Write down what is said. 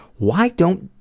why don't